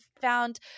found